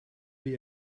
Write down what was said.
wie